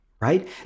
Right